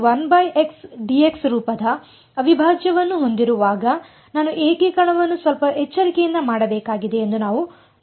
ಆದ್ದರಿಂದ ನಾವು ರೂಪದ ಅವಿಭಾಜ್ಯವನ್ನು ಹೊಂದಿರುವಾಗ ನಾನು ಏಕೀಕರಣವನ್ನು ಸ್ವಲ್ಪ ಎಚ್ಚರಿಕೆಯಿಂದ ಮಾಡಬೇಕಾಗಿದೆ ಎಂದು ನಾವು ನೋಡಿದ್ದೇವೆ